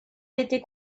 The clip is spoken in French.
été